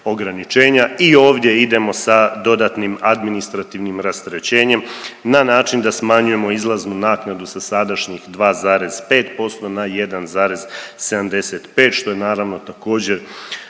ograničenja i ovdje idemo sa dodatnim administrativnim rasterećenjem na način da smanjujemo izlaznu naknadu sa sadašnjih 2,5% na 1,75 što je naravno također